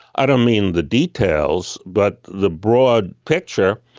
i don't mean the details but the broad picture,